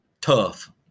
tough